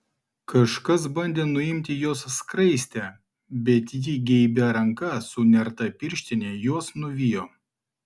kažkas bandė nuimti jos skraistę bet ji geibia ranka su nerta pirštine juos nuvijo